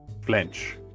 flinch